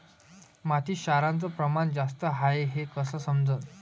मातीत क्षाराचं प्रमान जास्त हाये हे कस समजन?